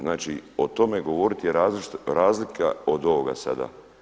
Znači o tome govoriti je razlika od ovoga sada.